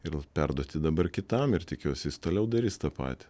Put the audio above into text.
ir perduoti dabar kitam ir tikiuosi jis toliau darys tą patį